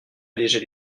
alléger